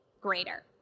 greater